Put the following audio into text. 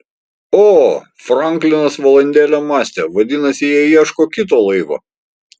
o franklinas valandėlę mąstė vadinasi jie ieško kito laivo